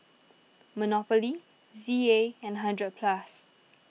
Monopoly Z A and hundred Plus